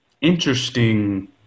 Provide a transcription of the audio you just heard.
interesting